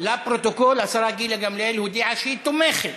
לפרוטוקול, השרה גילה גמליאל הודיעה שהיא תומכת